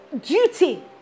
Duty